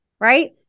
right